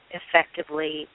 effectively